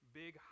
big